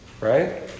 right